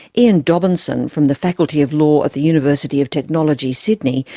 ian dobinson, from the faculty of law at the university of technology, sydney,